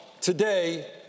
today